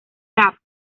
cap